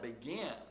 begin